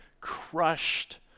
crushed